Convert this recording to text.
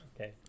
okay